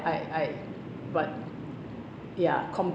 I I but ya com~